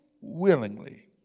willingly